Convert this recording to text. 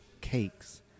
cakes